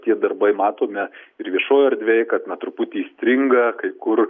tie darbai matome ir viešoj erdvėj kad na truputį stringa kai kur